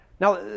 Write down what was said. Now